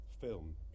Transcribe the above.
film